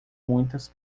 muitas